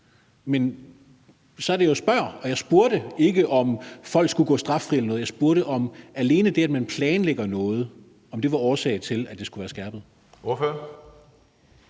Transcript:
var, at det var planlagt. Men jeg spurgte ikke, om folk skulle gå straffri eller noget. Jeg spurgte alene om, om det, at man planlægger noget, var årsag til, at straffen skulle skærpes.